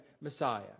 Messiah